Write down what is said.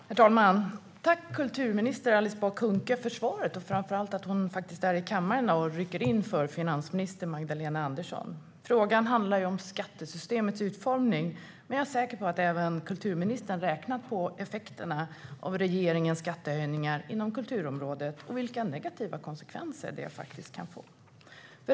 Herr talman! Jag tackar kulturminister Alice Bah Kuhnke för svaret och framför allt för att hon är i kammaren och rycker in för finansminister Magdalena Andersson. Interpellationen handlar om skattesystemets utformning, men jag är säker på att även kulturministern räknar på effekterna av regeringens skattehöjningar inom kulturområdet och vilka negativa konsekvenser de kan få.